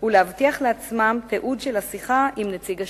ולהבטיח לעצמם תיעוד של השיחה עם נציג השירות.